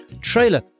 trailer